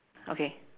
okay